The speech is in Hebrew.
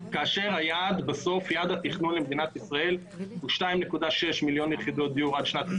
יעד התכנון הסופי עד שנת 2040 הוא 2.6 מיליוני דירות.